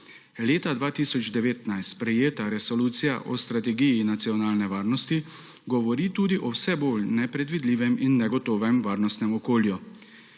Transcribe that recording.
Leta 2019 sprejeta Resolucija o strategiji nacionalne varnosti govori tudi o vse bolj nepredvidljivem in negotovem varnostnem okolju.